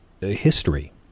history